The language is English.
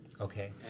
Okay